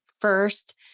first